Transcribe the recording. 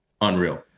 Unreal